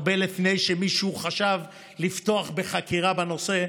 הרבה לפני שמישהו חשב לפתוח בחקירה בנושא,